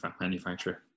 manufacturer